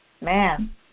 man